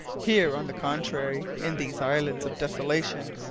here, on the contrary, in these islands of desolation,